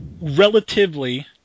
Relatively